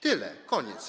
Tyle, koniec.